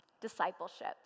discipleship